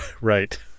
Right